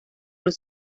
los